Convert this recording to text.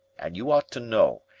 and you ought to know.